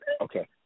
Okay